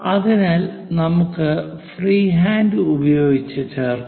അതിനാൽ നമുക്ക് ഫ്രീഹാൻഡ് ഉപയോഗിച്ച് ചേർക്കാം